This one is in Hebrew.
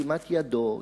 בחתימת ידו,